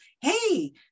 hey